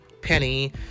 Penny